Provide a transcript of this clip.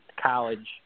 college